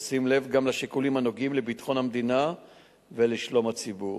בשים לב גם לשיקולים הנוגעים לביטחון המדינה ולשלום הציבור.